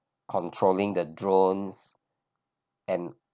controlling the drones and